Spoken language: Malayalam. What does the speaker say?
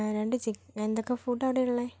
രണ്ട് ചിക്കൻ എന്തൊക്കെ ഫുഡാണ് അവിടെയുള്ളേ